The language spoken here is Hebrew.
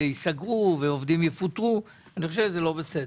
ייסגרו והעובדים יפוטרו זה לא בסדר.